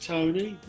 Tony